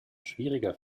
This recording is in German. schwieriger